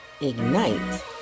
ignite